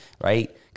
right